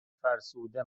فرسوده